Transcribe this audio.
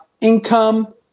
income